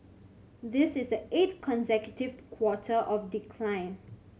this is the eighth consecutive quarter of decline